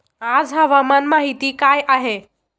आज हवामान माहिती काय आहे?